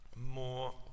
more